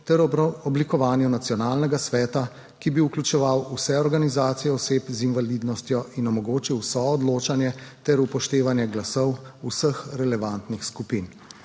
ter o oblikovanju nacionalnega sveta, ki bi vključeval vse organizacije oseb z invalidnostjo in omogočil soodločanje ter upoštevanje glasov vseh relevantnih skupin.